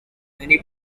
many